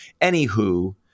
Anywho